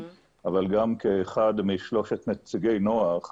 אבל גם כאחד משלושת נציגי נח,